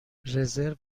رزرو